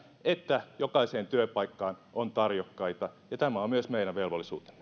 että jokaiseen työpaikkaan on tarjokkaita ja tämä on myös meidän velvollisuutemme